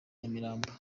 nyamirambo